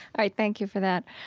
ah thank you for that.